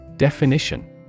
Definition